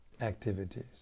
activities